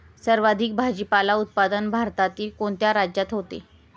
सर्वाधिक भाजीपाला उत्पादन भारतातील कोणत्या राज्यात होते?